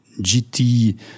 GT